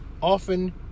often